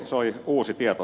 se oli uusi tieto